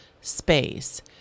space